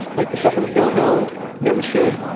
like the stuff that we don't know that we should.